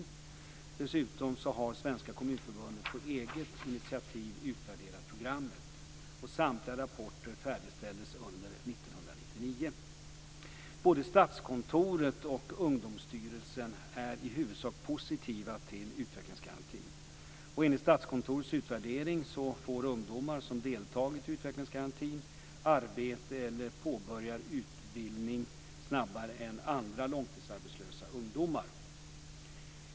Dessutom har Svenska kommunförbundet på eget initiativ utvärderat programmet. Statskontoret och Ungdomsstyrelsen är i huvudsak positiva till utvecklingsgarantin. Enligt Statskontorets utvärdering får ungdomar som deltagit i utvecklingsgarantin arbete eller påbörjar utbildning snabbare än andra långtidsarbetslösa ungdomar.